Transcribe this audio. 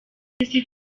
abagize